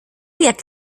jak